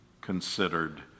considered